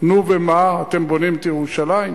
נו, ומה, אתם בונים את ירושלים?